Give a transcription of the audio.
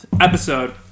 episode